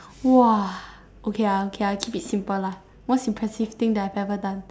!wah! okay I'll keep it simple lah most impressive thing that I've ever done